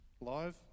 live